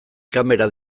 kamera